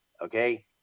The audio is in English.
Okay